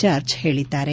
George ಹೇಳಿದ್ದಾರೆ